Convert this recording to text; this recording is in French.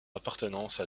appartenance